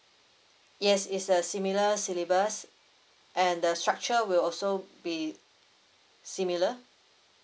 yes it's a similar syllabus and the structure will also be similar